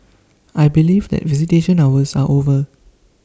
I believe that visitation hours are over